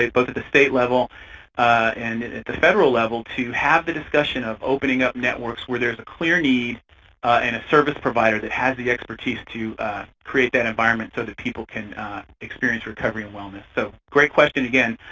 both at the state level and and at the federal level to have the discussion of opening up networks where there is a clear need and a service provider that has the expertise to create that environment so that people can experience recovery and wellness. so great question, again.